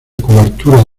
curvatura